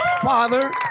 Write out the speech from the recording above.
Father